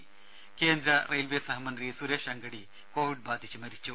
ത കേന്ദ്ര റെയിൽവേ സഹമന്ത്രി സുരേഷ് അംഗഡി കോവിഡ് ബാധിച്ച് മരിച്ചു